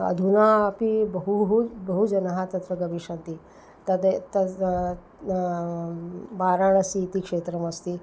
अधुना अपि बहु बहुजनाः तत्र गमिष्यन्ति तद् तद् वाराणसी इति क्षेत्रमस्ति